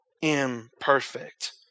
imperfect